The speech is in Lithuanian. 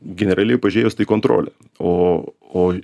generaliai pažiūrėjus tai kontrolė o oi